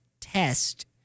test